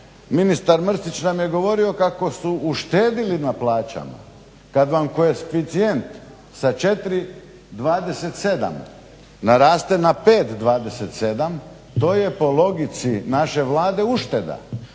ministar Mrsić nam je govorio kako su uštedili na plaćama, kad vam koeficijent sa 4,27 naraste na 5,27 to je po logici naše Vlade ušteda.